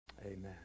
amen